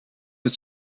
het